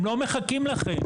הם לא מחכים לכם.